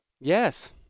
Yes